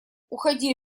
уходи